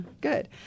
good